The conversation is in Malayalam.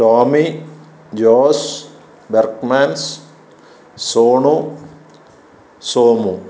ടോമി ജോസ് ബർക്കമാൻസ് സോണു സോമു